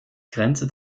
grenze